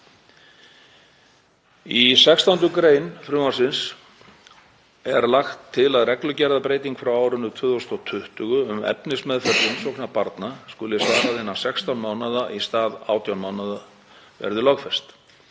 Í 16. gr. frumvarpsins er lagt til að reglugerðarbreyting frá árinu 2020 um efnismeðferð umsókna barna skuli svarað innan 16 mánaða í stað 18 mánaða verði lögfest.